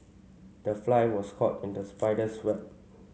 the fly was caught in the spider's web